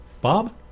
Bob